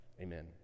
Amen